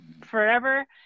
forever